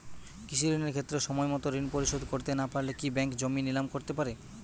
কৃষিঋণের ক্ষেত্রে সময়মত ঋণ পরিশোধ করতে না পারলে কি ব্যাঙ্ক জমি নিলাম করতে পারে?